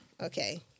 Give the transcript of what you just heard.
okay